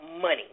money